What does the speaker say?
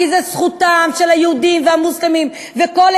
כי זו זכותם של היהודים והמוסלמים וזכותו של